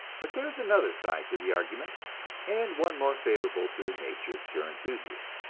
but there is another side to the argument and one more favorable to the nature cure enthusiast.